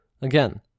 again